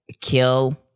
kill